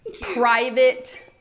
private